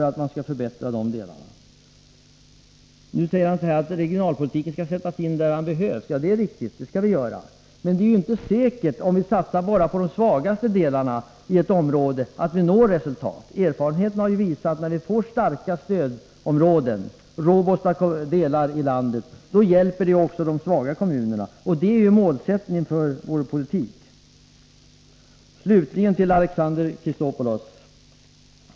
Han säger vidare att regionalpolitiken skall sättas in där den behövs. Ja, det är riktigt. Men om vi satsar på bara de svagaste delarna i ett område är det inte säkert att vi når resultat. Erfarenheten har visat, att när vi får starka och robusta delar i landet, hjälper det också de svaga kommunerna. Och det är målsättningen för vår politik. Slutligen några ord till Alexander Chrisopoulos.